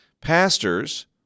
Pastors